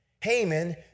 Haman